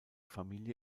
familie